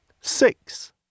Six